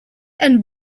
and